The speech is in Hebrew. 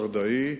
בראדעי,